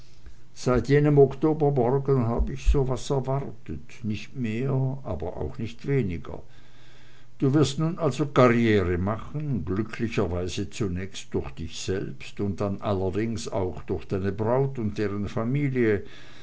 seit jenem oktobermorgen hab ich so was erwartet nicht mehr aber auch nicht weniger du wirst nun also karriere machen glücklicherweise zunächst durch dich selbst und dann allerdings auch durch deine braut und deren familie